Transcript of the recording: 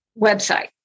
website